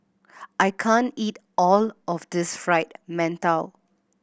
I can't eat all of this Fried Mantou